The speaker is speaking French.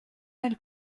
mal